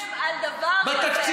היית חולם על דבר כזה.